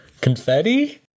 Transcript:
confetti